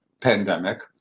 pandemic